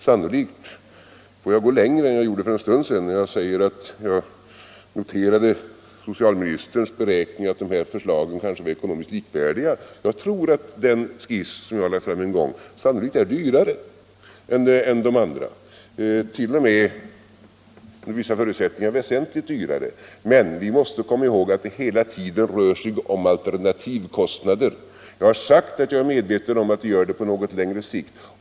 Sannolikt får jag gå längre än jag gjorde för en stund sedan. Jag noterade socialministerns beräkning att dessa förslag kanske var ekonomiskt likvärdiga. Den skiss som jag har lagt fram en gång är sannolikt dyrare än de andra, t.o.m. under vissa förutsättningar väsentligt dyrare. Men vi måste komma ihåg att det hela tiden rör sig om alternativkostnader. Jag har sagt att jag är medveten om att vi gör detta på något längre sikt.